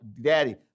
daddy